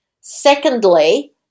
Secondly